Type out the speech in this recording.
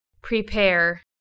Prepare